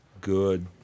Good